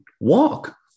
Walk